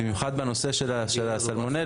במיוחד בנושא של הסלמונלה,